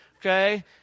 Okay